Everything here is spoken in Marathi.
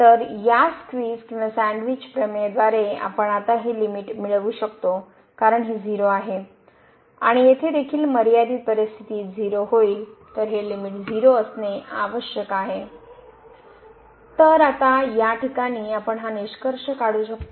तर या स्कवीज किंवा सँडविच प्रमेय द्वारे आपण आता हे लिमिट मिळवू शकतो कारण हे 0 आहे आणि येथे देखील मर्यादित परिस्थितीत 0 होईल तर हे लिमिट 0 असणे आवश्यक आहे तर आता या ठिकाणी आपण हा निष्कर्ष काढू शकतो